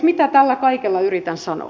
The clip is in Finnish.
mitä tällä kaikella yritän sanoa